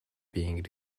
being